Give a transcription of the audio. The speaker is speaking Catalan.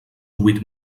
huit